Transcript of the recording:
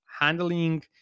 handling